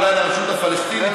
אולי לרשות הפלסטינית,